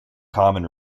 common